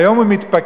והיום הוא מתפקר,